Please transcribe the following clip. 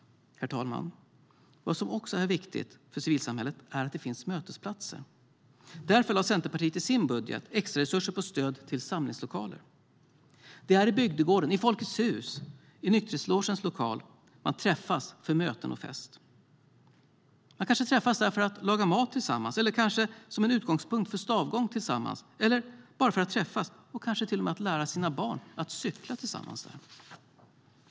Herr talman! Vad som också är viktigt för civilsamhället är att det finns mötesplatser. Därför lade Centerpartiet i sin budget extra resurser på stöd till samlingslokaler. Det är i bygdegården, i Folkets Hus, i nykterhetslogens lokal man träffas för möten och fest. Man träffas där för att laga mat tillsammans, som en utgångspunkt för stavgång tillsammans, bara för att träffas, kanske till och med för att lära sina barn att cykla tillsammans.